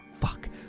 fuck